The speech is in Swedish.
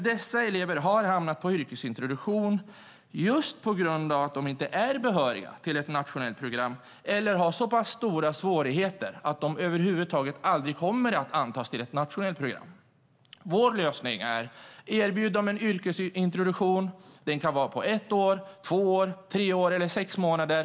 Dessa elever har hamnat på yrkesintroduktion just på grund av att de inte är behöriga till nationellt program eller har så pass stora svårigheter att de över huvud taget aldrig kommer att antas till ett nationellt program. Vår lösning är att erbjuda dem en yrkesintroduktion. Den kan vara på ett år, två år, tre år eller sex månader.